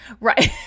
Right